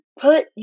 Put